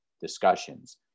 discussions